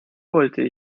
wollte